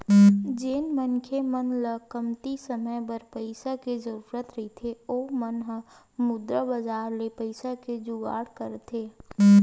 जेन मनखे मन ल कमती समे बर पइसा के जरुरत रहिथे ओ मन ह मुद्रा बजार ले पइसा के जुगाड़ करथे